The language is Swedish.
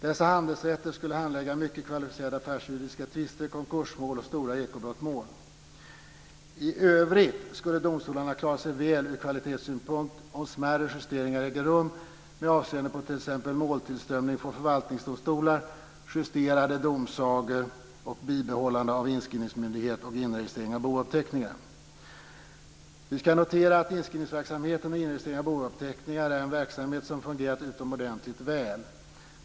Dessa handelsrätter skulle handlägga mycket kvalificerade affärsjuridiska tvister, konkursmål och stora ekobrottmål. I övrigt skulle domstolarna klara sig väl ur kvalitetssynpunkt om smärre justeringar ägde rum med avseende på t.ex. måltillströmning från förvaltningsdomstolar, justerade domsagor och bibehållande av inskrivningsmyndighet samt inregistrering av bouppteckningar. Vi ska notera att inskrivningsverksamheten och inregistreringen av bouppteckningar är en verksamhet som fungerat utomordentligt väl.